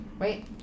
Wait